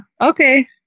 okay